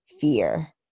fear